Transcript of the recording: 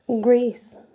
Greece